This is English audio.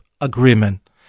agreement